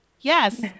Yes